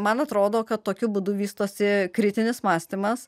man atrodo kad tokiu būdu vystosi kritinis mąstymas